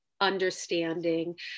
understanding